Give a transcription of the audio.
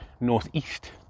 northeast